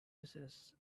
wishes